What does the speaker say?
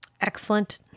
Excellent